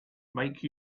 make